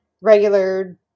regular